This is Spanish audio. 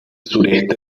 sureste